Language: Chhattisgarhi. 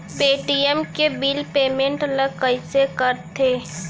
पे.टी.एम के बिल पेमेंट ल कइसे करथे?